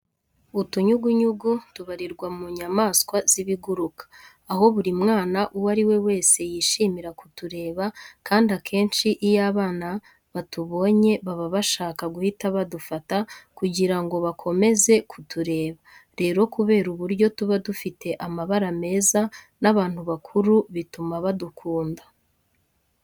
Utunyugunyugu tubarirwa mu nyamaswa z'ibiguruka, aho buri mwana uwo ari we wese yishimira kutureba kandi akenshi iyo abana batubonye baba bashaka guhita badufata kugira ngo bakomeze kutureba. Rero kubera uburyo tuba dufite amabara meza n'abantu bakuru bituma badukunda.